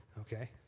Okay